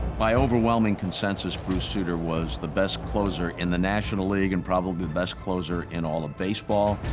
by overwhelming consensus, bruce sutter was the best closer in the national league and probably the best closer in all of baseball.